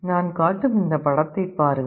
நான் காட்டும் இந்த படத்தை பாருங்கள்